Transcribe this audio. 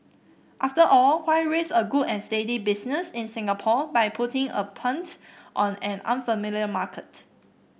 after all why risk a good and steady business in Singapore by putting a punt on an unfamiliar market